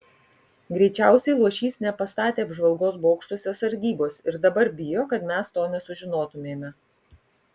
greičiausiai luošys nepastatė apžvalgos bokštuose sargybos ir dabar bijo kad mes to nesužinotumėme